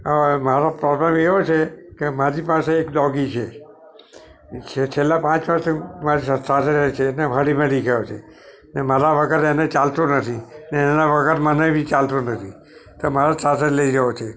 અવે મારો પ્રોબ્લેમ એવો છે કે મારી પાસે એક ડોગી છે જે છેલ્લા પાંચ વર્ષથી મારી સા સાથે રહે છે ને મારા વગર એને ચાલતું નથી ને એના વગર મને બી ચાલતું નથી તો મારે સાથે લઈ જવો છે